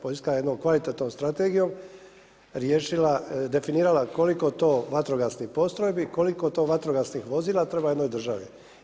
Poljska je jednom kvalitetnom strategijom definirala koliko to vatrogasni postrojbi, koliko to vatrogasnih vozila treba jednoj državi.